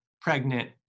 pregnant